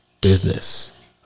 business